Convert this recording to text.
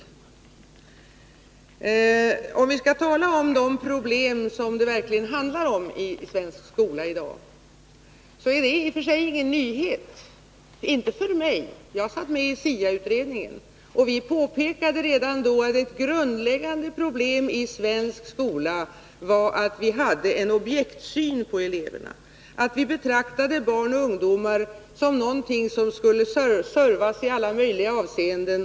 För att tala om de problem i den svenska skolan i dag som det verkligen handlar om vill jag säga att det i och för sig inte är någon nyhet — åtminstone inte för mig, som satt med i SIA-utredningen — att vi redan i samband med utredningen påpekade att ett grundläggande problem i den svenska skolan 173 var att vi hade en objektsyn på eleverna, att vi betraktade barn och ungdomar som någonting som skulle servas i alla möjliga avseenden.